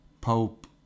pope